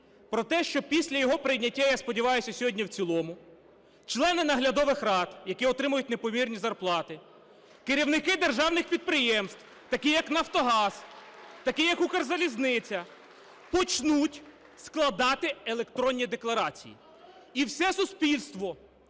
По те, що після його прийняття, я сподіваюсь, сьогодні в цілому члени наглядових рад, які отримують непомірні зарплати, керівники державних підприємств, такі як "Нафтогаз", такі як "Укрзалізниця", почнуть складати електронні декларації - і все суспільство